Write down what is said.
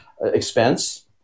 expense